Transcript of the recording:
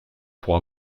pour